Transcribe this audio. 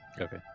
Okay